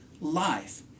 life